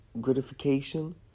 gratification